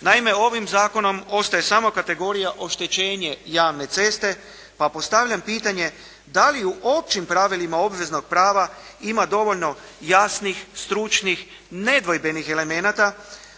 Naime ovim zakonom ostaje samo kategorija oštećenje javne ceste pa postavljam pitanje da li u općim pravilima obveznog prava ima dovoljno jasnih, stručnih, nedvojbenih elemenata